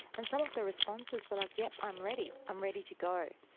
and some of the responses were like, yup, i'm ready, i'm ready to go,